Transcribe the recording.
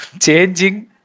changing